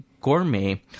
gourmet